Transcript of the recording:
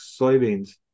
soybeans